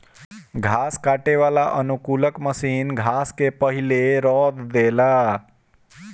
घास काटे वाला अनुकूलक मशीन घास के पहिले रौंद देला